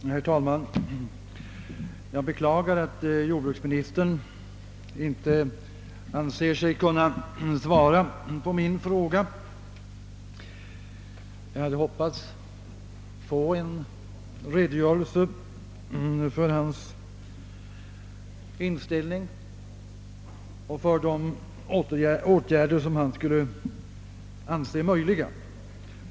Herr talman! Jag beklagar att jordbruksministern inte anser sig kunna svara på min fråga. Jag hade hoppats få en redogörelse för hans inställning och för de åtgärder som han anser möjliga.